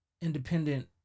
independent